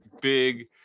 big